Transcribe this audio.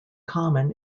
common